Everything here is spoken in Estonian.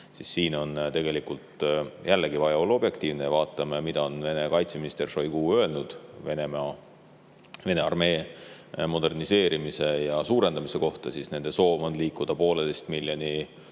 siis siin on tegelikult jällegi vaja olla objektiivne. Vaatame, mida on Vene kaitseminister Šoigu öelnud Vene armee moderniseerimise ja suurendamise kohta: nende soov on liikuda 1,5 miljoni